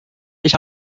ich